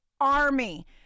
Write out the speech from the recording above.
army